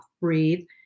breathe